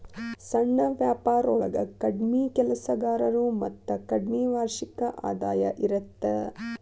ಸಣ್ಣ ವ್ಯಾಪಾರೊಳಗ ಕಡ್ಮಿ ಕೆಲಸಗಾರರು ಮತ್ತ ಕಡ್ಮಿ ವಾರ್ಷಿಕ ಆದಾಯ ಇರತ್ತ